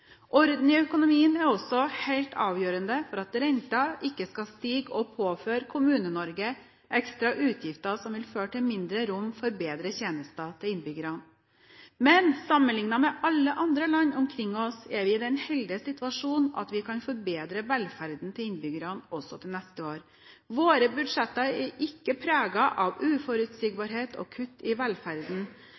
Orden i økonomien er også helt avgjørende for at renten ikke skal stige og påføre Kommune-Norge ekstra utgifter, som vil føre til mindre rom for bedre tjenester for innbyggerne. Men sammenliknet med alle andre land omkring oss er vi i den heldige situasjonen at vi kan forbedre velferden til innbyggerne også til neste år. Våre budsjetter er ikke preget av uforutsigbarhet og kutt i velferden,